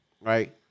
right